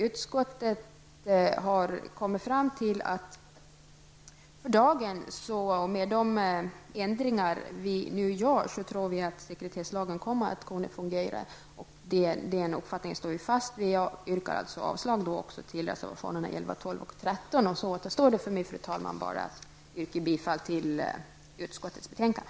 Utskottet tror för sin del att för dagen med de ändringar vi nu gör kommer sekretesslagen att kunna fungera. Den uppfattningen står vi fast vid. Jag yrkar avslag till reservationerna nr 11, 12 och 13. Därmed återstår för mig endast, fru talman, att yrka bifall till hemställan i utskottets betänkande.